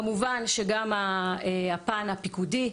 כמובן שגם הפן הפיקודי,